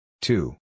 Two